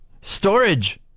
storage